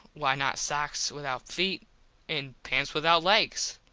why not sox without feet and pants without legs.